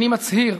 אני מצהיר.